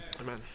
Amen